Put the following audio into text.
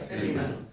Amen